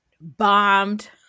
bombed